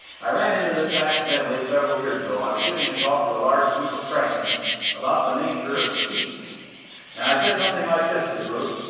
i ran into this accidentally several years ago. i was giving a talk to a large group of freshmen about the nature of speech and i said something like this to the group,